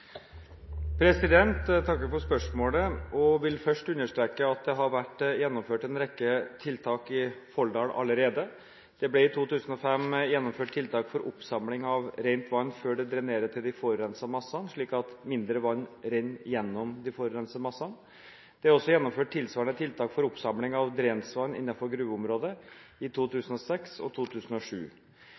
Jeg takker for spørsmålet og vil først understreke at det har vært gjennomført en rekke tiltak i Folldal allerede. Det ble i 2005 gjennomført tiltak for oppsamling av rent vann før det drenerer til de forurensede massene, slik at mindre vann renner gjennom de forurensede massene. Det er også gjennomført tilsvarende tiltak for oppsamling av drensvann innenfor gruveområdet i 2006 og 2007.